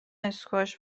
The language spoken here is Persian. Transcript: اسکواش